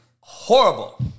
horrible